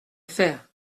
faire